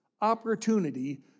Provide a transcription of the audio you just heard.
opportunity